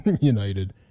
United